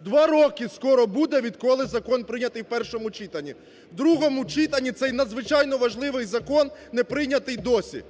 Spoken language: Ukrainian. Два роки скоро буде, відколи закон прийнятий в першому читанні. У другому читанні цей, надзвичайно важливий закон не прийнятий досі.